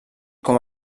com